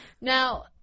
Now